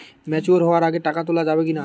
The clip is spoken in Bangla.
ম্যাচিওর হওয়ার আগে টাকা তোলা যাবে কিনা?